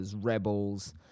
rebels